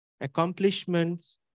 Accomplishments